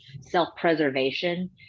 self-preservation